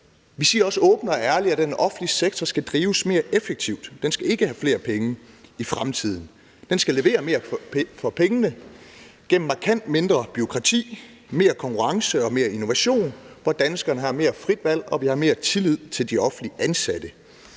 Vi siger også åbent og ærligt, at den offentlige sektor skal drives mere effektivt. Den skal ikke have flere penge i fremtiden. Den skal levere mere for pengene gennem markant mindre bureaukrati, mere konkurrence og mere innovation, hvor danskerne har mere frit valg, og hvor vi har mere tillid til de offentligt ansatte.